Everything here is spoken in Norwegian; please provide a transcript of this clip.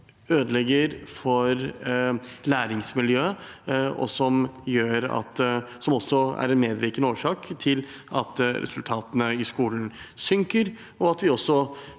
som ødelegger for læringsmiljøet, og som også er en medvirkende årsak til at resultatene i skolen synker, og at vi også